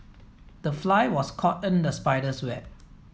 the fly was caught in the spider's web